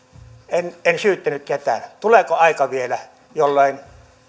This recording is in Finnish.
en en syyttänyt ketään tuleeko aika vielä jolloin